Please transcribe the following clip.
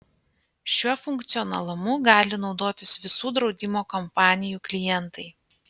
šiuo funkcionalumu gali naudotis visų draudimo kompanijų klientai